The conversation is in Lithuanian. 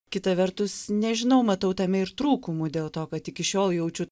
kita vertus nežinau matau tame ir trūkumų dėl to kad iki šiol jaučiu